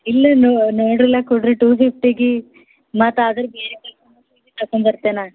ಇಲ್ಲ ನೀವು ನೋಡ್ರಲ್ಲ ಕೊಡ್ರೀ ಟು ಫಿಫ್ಟಿಗೆ ಮತ್ತು ಆದ್ರೆ ಬೇರೆ ಕಸ್ಟಮರ್ಸಿಗೆ ಭೀ ಕರ್ಕೊ ಬರ್ತೆ ನಾನು